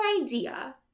idea